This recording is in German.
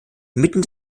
inmitten